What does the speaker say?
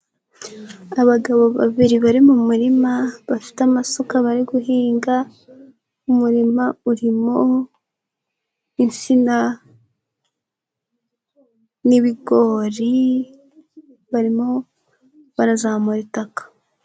Abagabo babiri bari mu murima bafite amasuka bari guhinga. Umurima urimo insina n'ibigori barimo barazamura itaka.